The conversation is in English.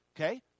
Okay